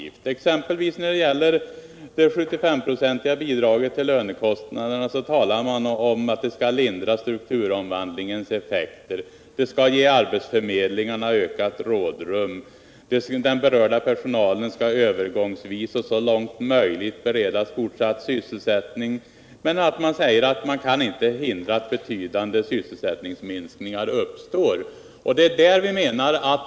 När det exempelvis gäller det 75-procentiga bidraget till lönekostnaderna talar man om att det skall lindra strukturomvandlingens effekter, det skall ge arbetsförmedlingarna ökat rådrum, den berörda personalen skall övergångsvis och så långt möjligt beredas fortsatt sysselsättning. Men man säger också att man inte kan hindra att betydande sysselsättningsminskningar uppstår.